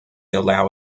allow